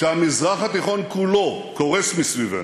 כשמזרח התיכון כולו קורס מסביבנו,